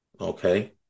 Okay